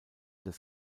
des